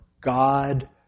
God